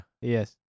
Yes